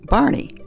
Barney